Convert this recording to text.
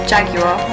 Jaguar